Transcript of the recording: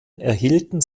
erhielten